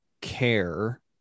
care